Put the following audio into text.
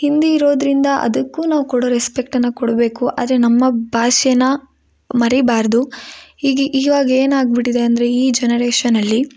ಹಿಂದಿ ಇರೋದ್ರಿಂದ ಅದಕ್ಕೂ ನಾವು ಕೊಡೊ ರೆಸ್ಪೆಕ್ಟನ್ನು ಕೊಡಬೇಕು ಆದರೆ ನಮ್ಮ ಭಾಷೆನಾ ಮರಿಬಾರದು ಇವಾಗ ಏನಾಗಿಬಿಟ್ಟಿದೆ ಅಂದ್ರೆ ಈ ಜನರೇಷನಲ್ಲಿ